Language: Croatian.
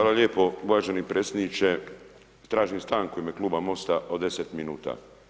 Hvala lijepo uvaženi predsjedniče, tražim stanku u ime kluba MOST-a od 10 minuta.